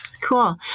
Cool